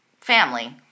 family